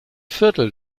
viertel